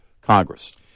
Congress